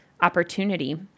opportunity